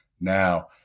now